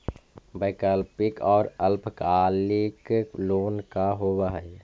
वैकल्पिक और अल्पकालिक लोन का होव हइ?